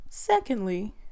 Secondly